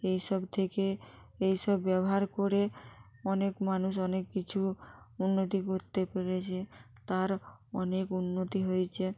এই সব থেকে এই সব ব্যবহার করে অনেক মানুষ অনেক কিছু উন্নতি করতে করতে পেরেছে তার অনেক উন্নতি হয়েছে